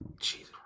Jesus